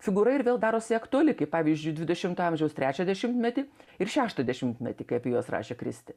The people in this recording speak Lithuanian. figūra ir vėl darosi aktuali kaip pavyzdžiui dvidešimto amžiaus trečią dešimtmetį ir šeštą dešimtmetį kai apie juos rašė kristi